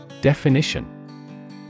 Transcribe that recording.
Definition